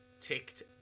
ticked